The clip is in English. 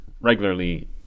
regularly